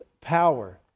power